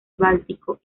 báltico